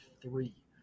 three